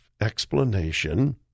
explanation